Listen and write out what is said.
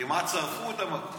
כמעט שרפו את המקום.